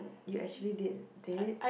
you actually did it